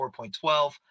4.12